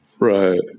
Right